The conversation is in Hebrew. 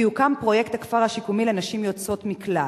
כי הוקם פרויקט הכפר השיקומי לנשים יוצאות מקלט.